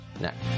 Next